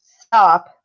stop